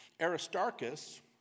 Aristarchus